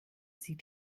sie